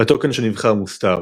הטוקן שנבחר מוסתר,